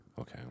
Okay